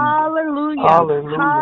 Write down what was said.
Hallelujah